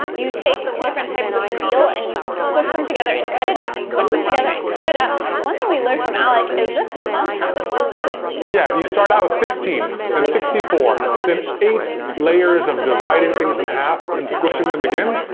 you take two different types of steel and you squish them together and cut it up, squish them together and cut it up. and one thing we learned from alec is this compounds really quickly. yeah, you start out with sixteen, then sixty four, then eight layers of dividing things in half, and squishing them again,